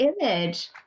image